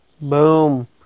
Boom